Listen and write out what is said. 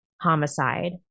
homicide